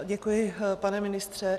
Děkuji, pane ministře.